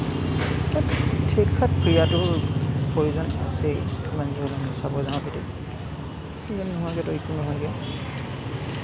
শিক্ষাত ক্ৰীড়াটোৰ প্ৰয়োজন আছেই মানে আমি যদি চাব যাওঁ সেইটো ক্ৰীড়া নোহোৱাকেতো একো নহয়গে